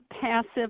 passive